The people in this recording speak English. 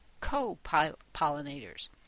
co-pollinators